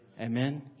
Amen